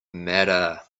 matter